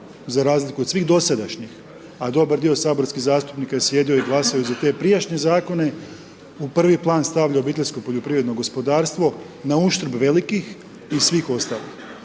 za razliku od svih dosadašnjih, a dobar dio saborskih zastupnika je sjedio i glasao za te prijašnje zakone, u prvi plan stavio OPG na uštrb velikih i svih ostalih.